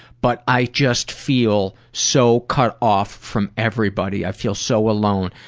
but i just feel so cut off from everybody. i feel so alone.